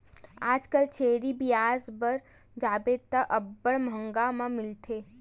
आजकल छेरी बिसाय बर जाबे त अब्बड़ मंहगा म मिलथे